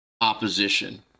opposition